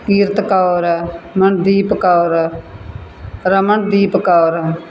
Kirat Kaur Mandeep Kaur Ramandeep Kaur